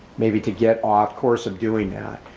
maybe to get off course of doing that.